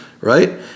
right